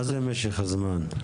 מה זה משך הזמן?